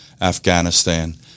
Afghanistan